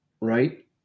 right